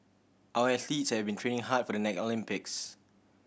our athletes have been training hard for the next Olympics